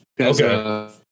Okay